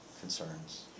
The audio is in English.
concerns